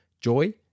joy